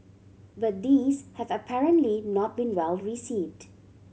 but these have apparently not been well received